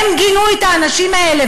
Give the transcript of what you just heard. הם גינו את האנשים האלה,